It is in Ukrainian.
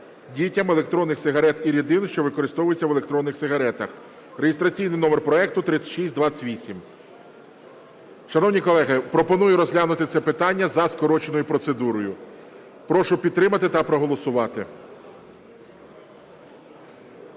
дітям електронних сигарет і рідин, що використовуються в електронних сигаретах (реєстраційний номер проекту 3628). Шановні колеги, пропоную розглянути це питання за скороченою процедурою. Прошу підтримати та проголосувати.